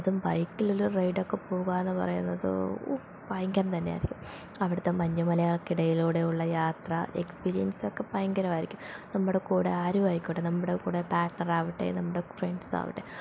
അതും ബൈക്കിലുള്ള റൈഡൊക്കെ പോകാമെന്നു പറയുന്നത് ഭയങ്കരം തന്നെയായിരിക്കും അവിടുത്തെ മഞ്ഞു മലകൾക്കിടയിലൂടെ ഉള്ള യാത്ര എക്സ്പീരിയൻസൊക്കെ ഭയങ്കരമായിരിക്കും നമ്മുടെ കൂടെ ആരുമായിക്കോട്ടെ നമ്മുടെ കൂടെ പാർട്ണറാവട്ടെ നമ്മുടെ ഫ്രണ്ട്സാവട്ടെ